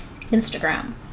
Instagram